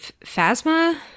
Phasma